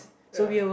ya